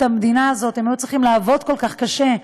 המדינה הזאת הם היו צריכים לעבוד כל כך קשה.